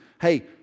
hey